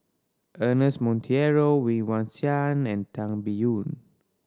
Ernest Monteiro Woon Wah Siang and Tan Biyun